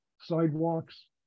sidewalks